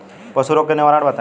पशु रोग के निवारण बताई?